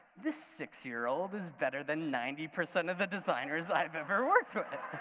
this six-year-old is better than ninety percent of the designers i've ever worked